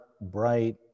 bright